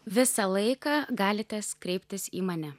visą laiką galite s kreiptis į mane